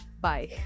Bye